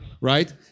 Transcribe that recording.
right